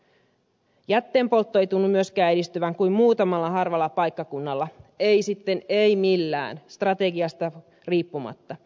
jätteenpoltto ei tunnu myöskään edistyvän kuin muutamalla harvalla paikkakunnalla ei sitten millään strategiasta riippumatta